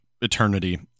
eternity